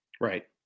Right